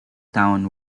town